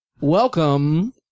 Welcome